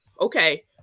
okay